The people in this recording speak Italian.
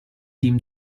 team